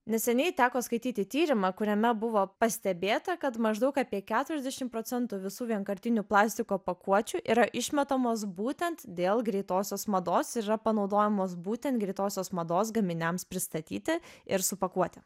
neseniai teko skaityti tyrimą kuriame buvo pastebėta kad maždaug apie keturiasdešim procentų visų vienkartinių plastiko pakuočių yra išmetamos būtent dėl greitosios mados ir yra panaudojamos būtent greitosios mados gaminiams pristatyti ir supakuoti